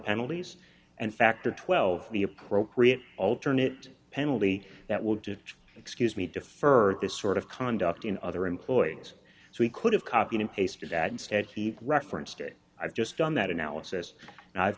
penalties and factor twelve the appropriate alternate penalty that would to excuse me defer this sort of conduct in other employees so we could have copied and pasted that instead he referenced it i've just done that analysis and i've